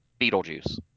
Beetlejuice